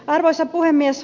arvoisa puhemies